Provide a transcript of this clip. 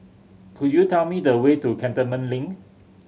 could you tell me the way to Cantonment Link